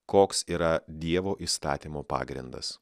koks yra dievo įstatymo pagrindas